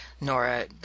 Nora